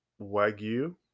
wagyu